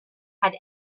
had